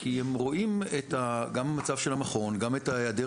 כי הם רואים גם את המצב של המכון וגם את ההיעדר